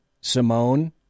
Simone